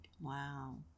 Wow